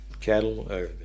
cattle